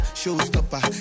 showstopper